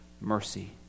Mercy